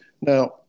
Now